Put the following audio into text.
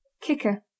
Kicker